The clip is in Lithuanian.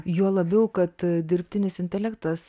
juo labiau kad dirbtinis intelektas